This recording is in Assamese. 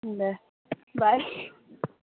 দে বাই